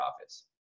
office